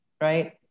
right